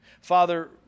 Father